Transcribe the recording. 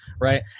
Right